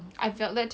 I felt that too